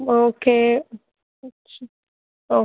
okay okay